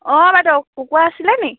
অঁ বাইদেউ কুকুৰা আছিলেনি